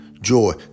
joy